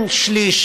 בבקשה.